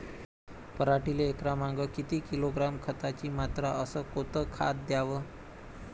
पराटीले एकरामागं किती किलोग्रॅम खताची मात्रा अस कोतं खात द्याव?